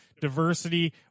diversity